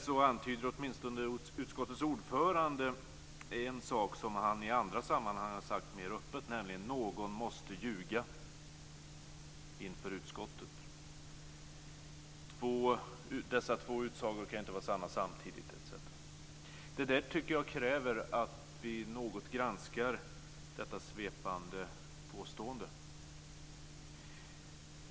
Därmed antyder åtminstone utskottets ordförande en sak som han i andra sammanhang har sagt mer öppet: Någon måste ljuga inför utskottet. Dessa två utsagor kan inte vara sanna samtidigt. Det där tycker jag kräver att vi något granskar detta svepande påstående.